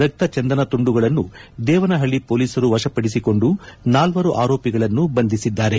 ರಕ್ತ ಚಂದನ ತುಂಡುಗಳನ್ನು ದೇವನಹಳ್ಳಿ ಪೋಲೀಸರು ವಶಪಡಿಸಿಕೊಂಡು ನಾಲ್ವರು ಆರೋಪಿಗಳನ್ನು ಬಂಧಿಸಿದ್ದಾರೆ